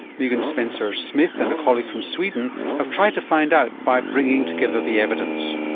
megan spencer-smith and a colleague from sweden have tried to find out by bringing together the evidence.